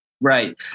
Right